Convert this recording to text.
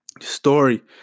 story